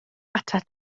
atat